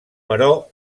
però